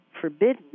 forbidden